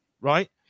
right